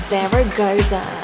Zaragoza